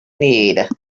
need